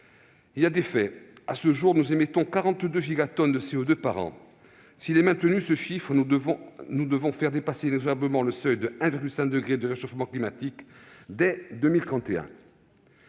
Il y a des faits : à ce jour, nous émettons 42 gigatonnes de CO2 par an. S'il est maintenu, ce chiffre nous fera dépasser inexorablement le seuil de 1,5 degré de réchauffement climatique dès 2031.